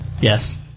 Yes